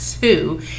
two